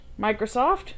Microsoft